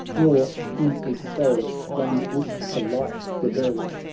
nor in his soul one wish for life rebelled.